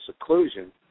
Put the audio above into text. seclusion